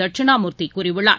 தட்சிணாமூர்த்திகூறியுள்ளார்